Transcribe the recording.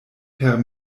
per